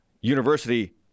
university